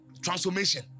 transformation